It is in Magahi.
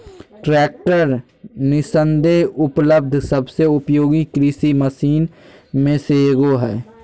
ट्रैक्टर निस्संदेह उपलब्ध सबसे उपयोगी कृषि मशीन में से एगो हइ